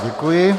Děkuji.